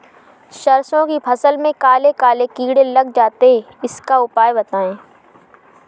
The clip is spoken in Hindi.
सरसो की फसल में काले काले कीड़े लग जाते इसका उपाय बताएं?